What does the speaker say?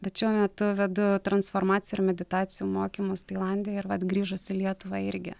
bet šiuo metu vedu transformacijų ir meditacijų mokymus tailande ir vat grįžus į lietuvą irgi